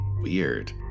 Weird